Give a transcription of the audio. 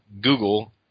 Google